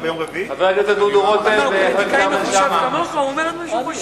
המלך אומר: